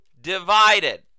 divided